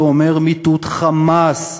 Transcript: זה אומר מיטוט "חמאס",